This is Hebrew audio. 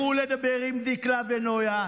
לכו לדבר עם דיקלה ונויה,